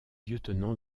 lieutenant